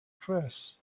press